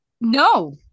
No